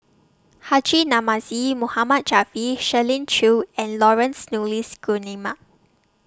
Haji Namazie Mohammad Javad Shirley Chew and Laurence Nunns Guillemard